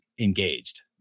engaged